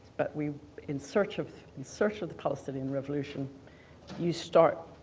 but we in search of, in search of the palestinian revolution you start